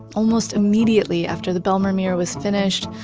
almost immediately after the bijlmermeer was finished,